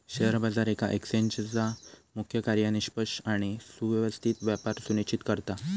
share बाजार येका एक्सचेंजचा मुख्य कार्य निष्पक्ष आणि सुव्यवस्थित व्यापार सुनिश्चित करता